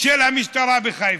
של המשטרה בחיפה.